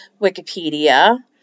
Wikipedia